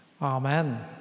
Amen